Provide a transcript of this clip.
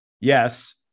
yes